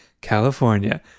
California